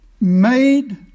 made